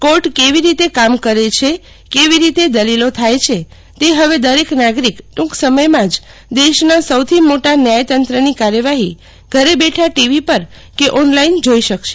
court કેવી રીતે કાંકરે છે કેવી કેવી રીતે દલીલો થાય છે તે હવે દરેક નાગરિક ટૂંક સમથમાં દેશના સૌથી મોટા ન્યાયતંત્રની કાર્યવાહી ઘરે બેઠા ટીવીપર કે ઓનલાઈન જોઈ શકશે